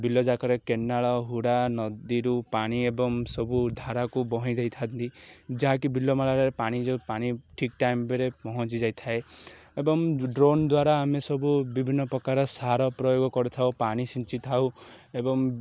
ବିଲଯାକରେ କେନାଳ ହୁଡ଼ା ନଦୀରୁ ପାଣି ଏବଂ ସବୁ ଧାରାକୁ ବହେଇଁ ଦେଇାଇଥାନ୍ତି ଯାହାକି ବିଲମାଳାରେ ପାଣି ଯେଉଁ ପାଣି ଠିକ୍ ଟାଇମ୍ରେ ପହଞ୍ଚି ଯାଇଥାଏ ଏବଂ ଡ୍ରୋନ୍ ଦ୍ୱାରା ଆମେ ସବୁ ବିଭିନ୍ନ ପ୍ରକାର ସାର ପ୍ରୟୋଗ କରିଥାଉ ପାଣି ଛିଞ୍ଚି ଥାଉ ଏବଂ